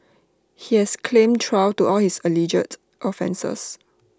he has claimed trial to all his alleged offences